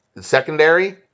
Secondary